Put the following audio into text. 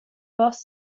boss